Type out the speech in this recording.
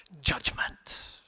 judgment